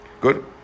Good